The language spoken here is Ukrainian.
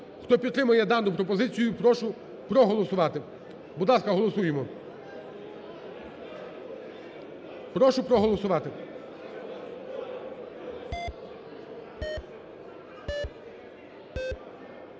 Хто підтримує дану пропозицію, прошу проголосувати. Будь ласка, голосуємо. Прошу проголосувати.